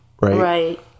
right